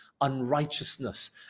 Unrighteousness